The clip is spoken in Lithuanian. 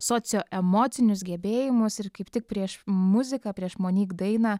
socioemocinius gebėjimus ir kaip tik prieš muziką prieš monik dainą